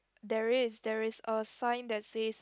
there is there is a sign that says